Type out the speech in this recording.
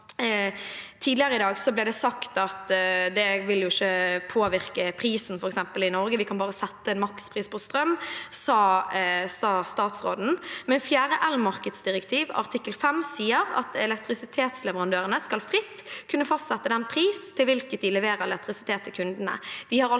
Tidligere i dag ble det sagt at dette ikke vil påvirke prisen i Norge. Vi kan bare sette en makspris på strøm, sa statsråden, men fjerde elmarkedsdirektiv artikkel 5 sier at elektrisitetsleverandørene fritt skal kunne fastsette den pris til hvilken de leverer elektrisitet til kundene.